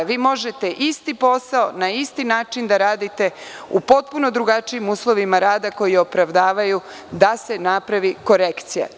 Vi možete isti posao na isti način da radite u potpuno drugačijim uslovima rada koji opravdavaju da se napravi korekcija.